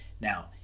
Now